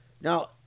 now